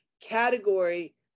category